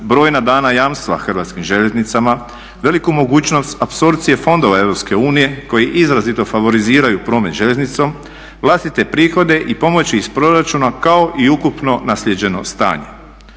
brojna dana jamstva Hrvatskim željeznicama, veliku mogućnost apsorpcije fondova EU koji izrazito favoriziraju promet željeznicom, vlastite prihode i pomoći iz proračuna kao i ukupno naslijeđeno stanje.